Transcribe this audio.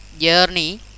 journey